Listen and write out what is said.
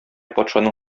патшаның